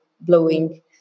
blowing